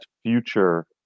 future